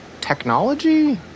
technology